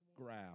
grab